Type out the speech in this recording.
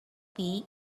tea